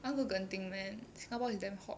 I want go genting man singapore is damn hot